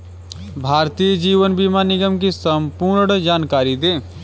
भारतीय जीवन बीमा निगम की संपूर्ण जानकारी दें?